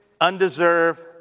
undeserved